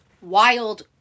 wild